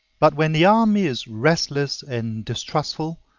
but when the army is restless and distrustful,